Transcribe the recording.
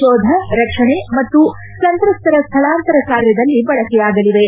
ಕೋಧ ರಕ್ಷಣೆ ಮತ್ತು ಸಂತ್ರಸ್ತರ ಸ್ಥಳಾಂತರ ಕಾರ್ಯದಲ್ಲಿ ಬಳಕೆಯಾಗಲಿವೆ